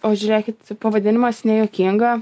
o žiūrėkit pavadinimas nejuokinga